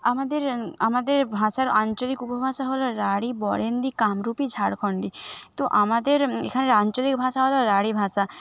আমাদের আমাদের ভাষার আঞ্চলিক উপভাষা হলো রাঢ়ী বরেন্দ্রি কামরূপী ঝাড়খন্ডী তো আমাদের এখানের আঞ্চলিক ভাষা হলো রাঢ়ী ভাষা